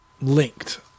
linked